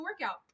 workout